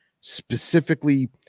specifically